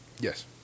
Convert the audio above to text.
Yes